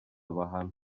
bahanwe